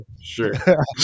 sure